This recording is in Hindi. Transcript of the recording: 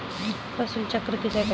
फसल चक्र किसे कहते हैं?